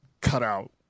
cutout